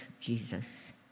Jesus